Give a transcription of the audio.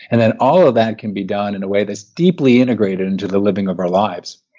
and then all of that can be done in a way that's deeply integrated into the living of our lives,